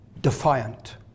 Defiant